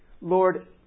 Lord